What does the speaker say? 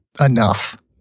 enough